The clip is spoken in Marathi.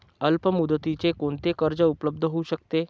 अल्पमुदतीचे कोणते कर्ज उपलब्ध होऊ शकते?